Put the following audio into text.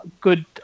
good